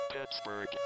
Pittsburgh